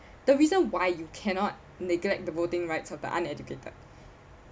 the reason why you cannot neglect the voting rights of the uneducated